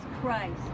Christ